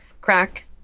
Crack